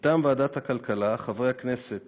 מטעם ועדת הכלכלה, חברי הכנסת